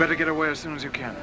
better get away as soon as you can